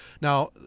Now –